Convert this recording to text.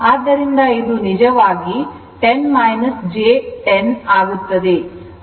ಆದ್ದರಿಂದ ಇದು ನಿಜವಾಗಿ 10 j10 ಆಗುತ್ತದೆ